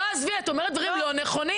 לא עזבי, את אומרת דברים לא נכונים.